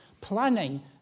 planning